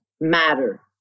Matter